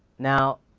now,